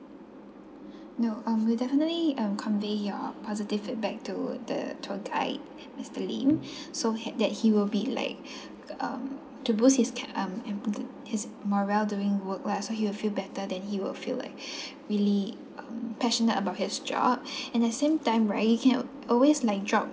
no um we definitely um convey your positive feedback to the tour guide mister lim so had that he will be like um to boost his um um his morale doing work lah so he'll feel better then he would feel like really um passionate about his job and the same time right can uh always like drop